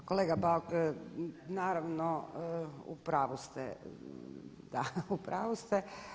Pa kolega Bauk, naravno u pravu ste, da u pravu ste.